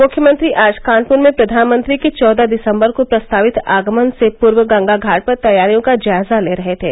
मुख्यमंत्री आज कानपुर में प्रधानमंत्री के चौदह दिसम्बर को प्रस्तावित आगमन से पूर्व गंगा घाट पर तैयारियों का जायजा ले रहे थे